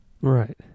Right